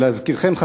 ולהזכירכם,